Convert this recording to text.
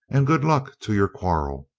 and good luck to your quarrel,